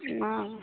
हाँ